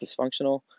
dysfunctional